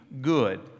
good